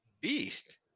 Beast